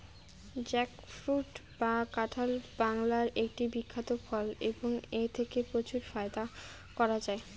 jackfruit বা কাঁঠাল বাংলার একটি বিখ্যাত ফল এবং এথেকে প্রচুর ফায়দা করা য়ায়